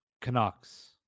Canucks